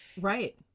Right